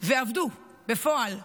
ועבדו בפועל במקצוע,